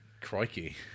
Crikey